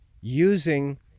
using